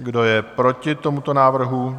Kdo je proti tomuto návrhu?